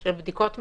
של בדיקות מהירות.